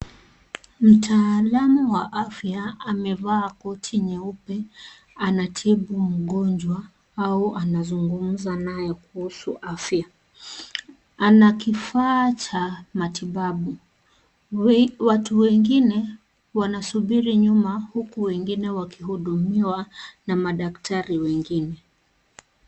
Mtaalamu wa afya amevaa koti nyeupe anatibu mgonjwa au anazungumza naye kuhusu afya . Ana kifaa cha matibabu. Watu wengine wanasubiri nyuma huku wengine wakihudumiwa na madaktari wengine.